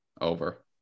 over